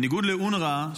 בניגוד לאונר"א,